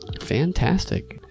fantastic